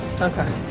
Okay